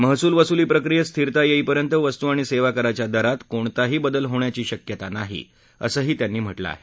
महसुल वसुली प्रक्रियेत स्थिरता येईपर्यंत वस्तु आणि सेवाकाराच्या दरात कोणताही बदल होण्याची शक्यता नाही असंही त्यांनी म्हटलं आहे